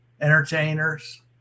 entertainers